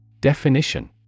Definition